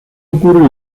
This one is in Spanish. ocurre